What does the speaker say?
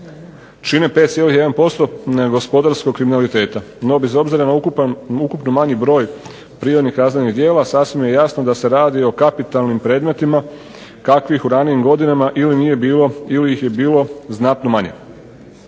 čine 5,1% gospodarskog kriminaliteta. No bez obzira na ukupno manji broj prijavljenih kaznenih djela sasvim je jasno da se radi o kapitalnim predmetima kakvih u ranijim godinama ili nije bilo ili ih je